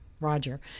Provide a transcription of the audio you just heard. Roger